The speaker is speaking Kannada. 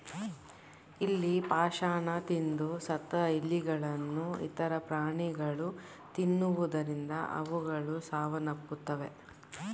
ಇಲಿ ಪಾಷಾಣ ತಿಂದು ಸತ್ತ ಇಲಿಗಳನ್ನು ಇತರ ಪ್ರಾಣಿಗಳು ತಿನ್ನುವುದರಿಂದ ಅವುಗಳು ಸಾವನ್ನಪ್ಪುತ್ತವೆ